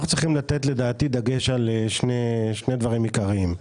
אנחנו צריכים לתת דגש לשני דברים עיקריים: